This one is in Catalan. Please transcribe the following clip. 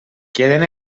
queden